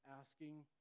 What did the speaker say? asking